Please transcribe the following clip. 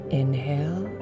inhale